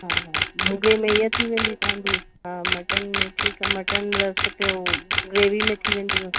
हा हा भुॻे में हीअ थी वेंदी तव्हांजी हा मटन में ठीकु आहे मटन रस ते हो ग्रेवी में थी वेंदुव